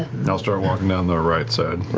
i'll start walking down the right side.